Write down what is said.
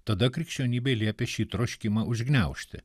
tada krikščionybė liepia šį troškimą užgniaužti